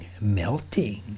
melting